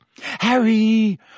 Harry